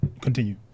Continue